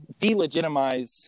delegitimize